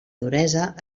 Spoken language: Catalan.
duresa